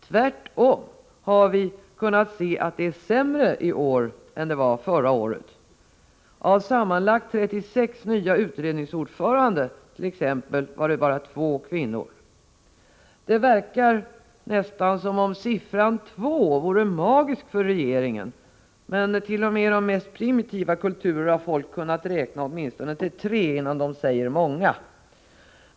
Tvärtom har vi kunnat se att det är sämre i år än förra året. Av sammanlagt 36 nya utredningsordförande t.ex. var bara 2 kvinnor. Det verkar nästan som om siffran 2 vore magisk för regeringen, men t.o.m. i de mest primitiva kulturer har folk kunnat räkna åtminstone till 3, innan de säger många.